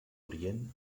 orient